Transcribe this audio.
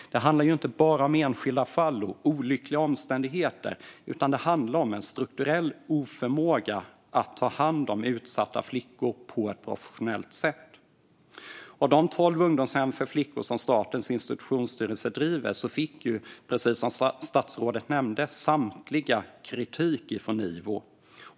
Det handlar inte om enskilda fall och olyckliga omständigheter utan om en strukturell oförmåga att ta hand om utsatta flickor på ett professionellt sätt. Av de tolv ungdomshem för flickor som Statens institutionsstyrelse driver fick, precis som statsrådet nämnde, samtliga kritik från Ivo.